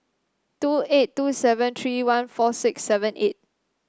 two eight two seven three one four six seven eight